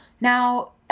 Now